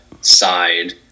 side